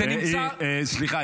זה נמצא --- סליחה,